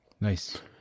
Nice